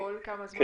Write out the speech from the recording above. כל כמה זמן?